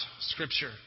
Scripture